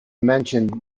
mentioned